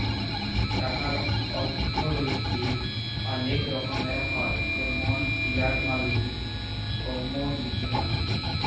টাকার অথ্থলৈতিক অলেক রকমের হ্যয় যেমল ফিয়াট মালি, কমোডিটি মালি